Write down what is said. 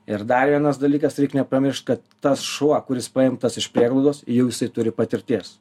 ir dar vienas dalykas reik nepamiršt kad tas šuo kuris paimtas iš prieglaudos jau jisai turi patirties